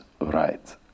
right